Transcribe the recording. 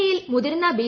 എയിൽ മുതിർന്ന ബി